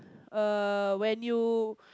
err when you